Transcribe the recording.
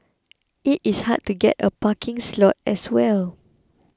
it is hard to get a parking slot as well